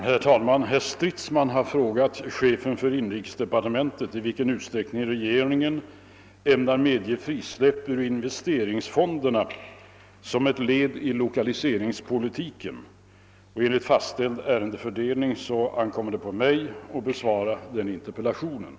Herr talman! Herr Stridsman har frågat chefen för inrikesdepartementet i vilken utsträckning regeringen ämnar medge frisläpp ur investeringsfonderna som ett led i lokaliseringspolitiken. Enligt fastställd ärendefördelning ankommer det på mig att besvara interpellationen.